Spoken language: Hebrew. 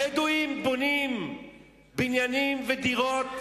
הבדואים בונים בניינים ודירות,